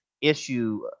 issue